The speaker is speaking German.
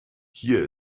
hier